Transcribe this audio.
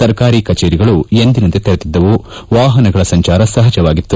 ಸರ್ಕಾರಿ ಕಚೇರಿಗಳಲ್ಲಿ ತೆರೆದಿದ್ದವು ವಾಹನಗಳ ಸಂಚಾರ ಸಹಜವಾಗಿತ್ತು